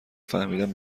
فهمیدم